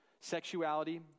Sexuality